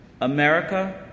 America